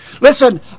Listen